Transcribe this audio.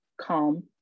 calm